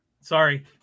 Sorry